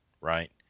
right